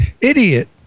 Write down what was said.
idiot